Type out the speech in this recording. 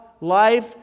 life